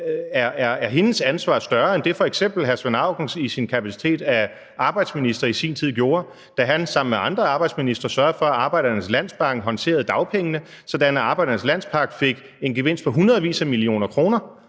om hendes ansvar er større end det, hr. Svend Auken i sin kapacitet af arbejdsminister i sin tid havde, da han sammen med andre arbejdsministre sørgede for, at Arbejdernes Landsbank håndterede dagpengene, sådan at Arbejdernes Landsbank fik en gevinst på hundredvis af millioner kroner,